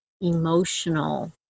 emotional